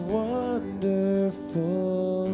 wonderful